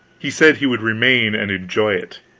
he said he would remain and enjoy it.